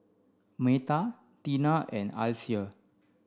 Meta Tina and Alysia